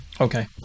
okay